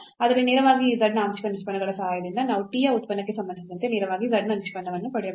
ಆದರೆ ನೇರವಾಗಿ ಈ z ನ ಆಂಶಿಕ ನಿಷ್ಪನ್ನಗಳ ಸಹಾಯದಿಂದ ನಾವು t ಉತ್ಪನ್ನಕ್ಕೆ ಸಂಬಂಧಿಸಿದಂತೆ ನೇರವಾಗಿ z ನ ನಿಷ್ಪನ್ನವನ್ನು ಪಡೆಯಬಹುದು